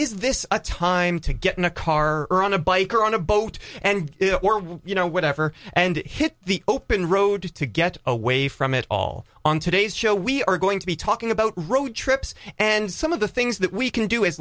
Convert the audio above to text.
is this a time to get in a car or on a bike or on a boat and you know whatever and hit the open road to get away from it all on today's show we are going to be talking about road trips and some of the things that we can do